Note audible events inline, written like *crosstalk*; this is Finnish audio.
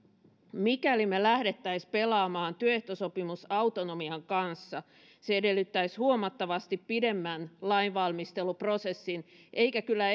mikäli me lähtisimme pelaamaan työehtosopimusautonomian kanssa se edellyttäisi huomattavasti pidemmän lainvalmisteluprosessin eikä kyllä *unintelligible*